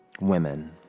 Women